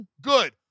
Good